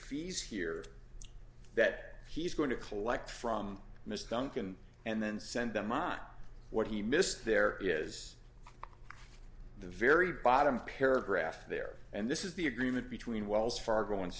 fees here that he's going to collect from mr duncan and then send them on what he missed there is the very bottom paragraph there and this is the agreement between wells fargo